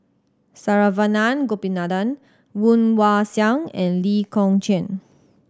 Saravanan Gopinathan Woon Wah Siang and Lee Kong Chian